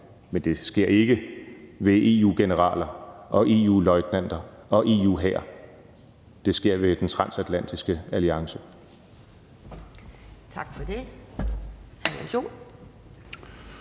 Men det sker ikke ved EU-generaler, EU-løjtnanter og EU-hær. Det sker ved den transatlantiske alliance.